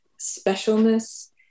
specialness